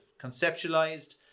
conceptualized